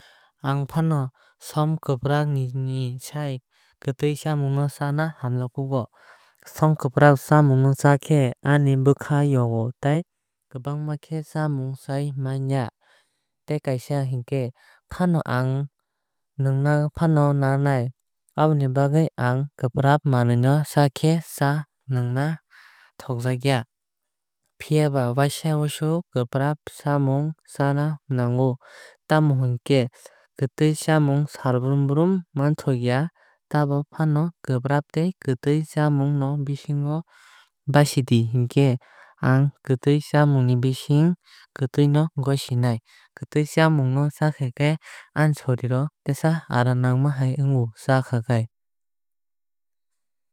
Ang funo som kwprak ni sai kwtui chamung chana hamjagkuko. Som kwprap chamung chai khe aani bwkha yogo tei kwbang khe chamung chaui manya. Tei kaaisa hinkhe funo ang nungnano nangnai aboni bagwui kwprak manwui chakhe cha nwngma thogjagya. Phiaba waisa waisu kwkrap chamung chana nango tamo hinkhe kwtui chamung sal brum brum manthok ya. Tobo fano kwprap tei kwtwui chamung ni bisingo basidi hinkhe ang kwtui chamung ni bising kwtui no gosinai. Kwtui chamung no chakha khe aani sorirok teisa aaram nangma hai ongo chakhakhai.